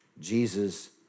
Jesus